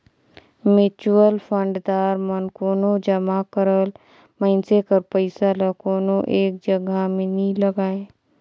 mutual fund दार मन कोनो जमा करल मइनसे कर पइसा ल कोनो एक जगहा में नी लगांए